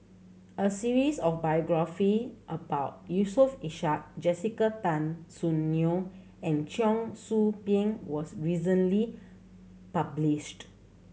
a series of biography about Yusof Ishak Jessica Tan Soon Neo and Cheong Soo Pieng was recently published